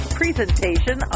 presentation